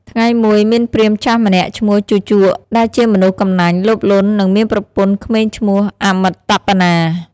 ថ្ងៃមួយ មានព្រាហ្មណ៍ចាស់ម្នាក់ឈ្មោះ ជូជក ដែលជាមនុស្សកំណាញ់ លោភលន់ និងមានប្រពន្ធក្មេងឈ្មោះ អមិត្តតាបនា។